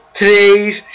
today's